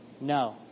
No